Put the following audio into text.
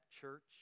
church